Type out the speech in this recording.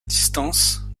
distance